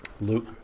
Luke